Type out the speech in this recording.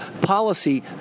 policy